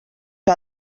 que